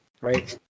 right